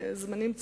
זמנים צפופים,